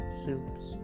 soups